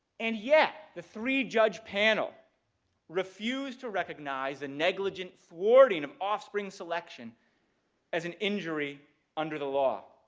and yet, the three-judge panel refused to recognize a negligent thwarting of offspring selection as an injury under the law.